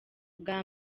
bwa